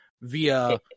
via